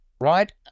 Right